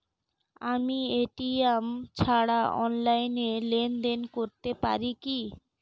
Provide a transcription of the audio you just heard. আমি এ.টি.এম ছাড়া অনলাইনে লেনদেন করতে পারি কি?